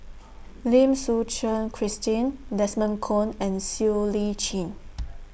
Lim Suchen Christine Desmond Kon and Siow Lee Chin